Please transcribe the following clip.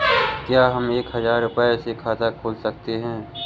क्या हम एक हजार रुपये से खाता खोल सकते हैं?